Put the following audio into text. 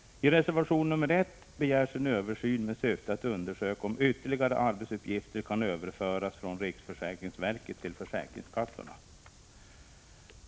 I reservation 1 begärs en översyn med syfte att undersöka om ytterligare arbetsuppgifter kan överföras från riksförsäkringsverket till försäkringskassorna.